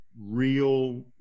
real